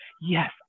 yes